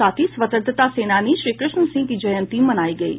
साथ ही स्वतंत्रता सेनानी श्रीकृष्णा सिंह की जयंती मनायी गयी